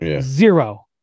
zero